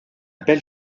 belle